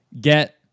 get